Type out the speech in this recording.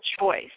choice